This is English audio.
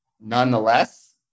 nonetheless